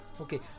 Okay